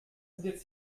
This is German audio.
sie